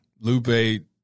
Lupe